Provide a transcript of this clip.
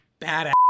badass